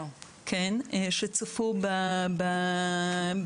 זה